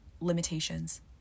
limitations